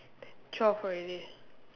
ten twelve already